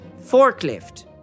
forklift